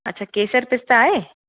अच्छा केसर पिस्ता आहे